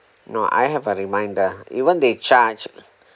no I have a reminder even they charge